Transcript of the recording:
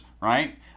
Right